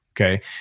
Okay